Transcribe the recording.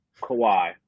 Kawhi